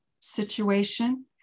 situation